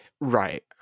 Right